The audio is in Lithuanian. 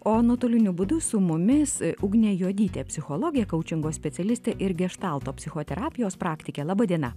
o nuotoliniu būdu su mumis ugnė juodytė psichologė kaučingo specialistė ir geštalto psichoterapijos praktikė laba diena